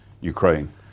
Ukraine